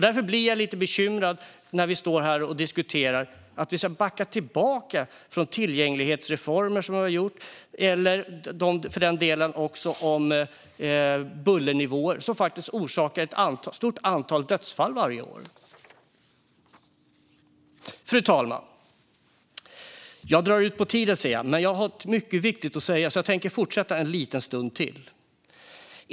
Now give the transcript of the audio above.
Därför blir jag lite bekymrad när vi diskuterar att vi ska backa tillbaka från tillgänglighetsreformer eller från bestämmelser om bullernivåer, som faktiskt orsakar ett stort antal dödsfall varje år. Fru talman! Jag ser att jag drar över på tiden, men jag har mycket viktigt att säga - så jag tänker fortsätta en liten stund till.